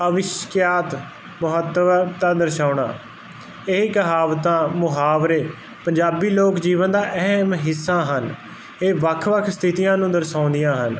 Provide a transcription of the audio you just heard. ਅਵਿਸ਼ਿਕਿਆਤ ਮਹੱਤਵਾ ਦਰਸ਼ਾਉਣਾ ਇਹ ਕਹਾਵਤਾਂ ਮੁਹਾਵਰੇ ਪੰਜਾਬੀ ਲੋਕ ਜੀਵਨ ਦਾ ਅਹਿਮ ਹਿੱਸਾ ਹਨ ਇਹ ਵੱਖ ਵੱਖ ਸਥਿਤੀਆਂ ਨੂੰ ਦਰਸਾਉਂਦੀਆਂ ਹਨ